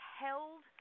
held